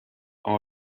are